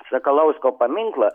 sakalausko paminklą